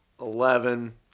eleven